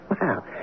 Wow